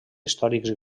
històrics